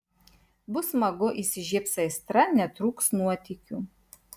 bus smagu įsižiebs aistra netrūks nuotykių